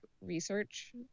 research